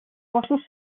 cossos